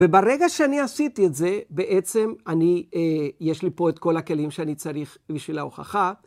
וברגע שאני עשיתי את זה בעצם אני, יש לי פה את כל הכלים שאני צריך בשביל ההוכחה.